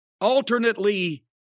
alternately